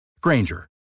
Granger